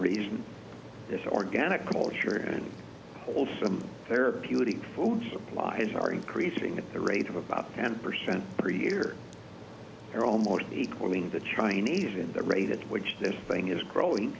it's organic culture and wholesome therapeutic food supplies are increasing at the rate of about ten percent per year they're almost equal in the chinese in the rate at which this thing is growing